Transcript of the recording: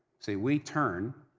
say, we turn,